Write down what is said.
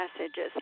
messages